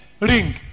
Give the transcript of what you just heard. ring